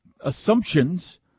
assumptions